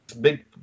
big